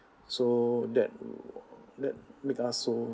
so that that make us so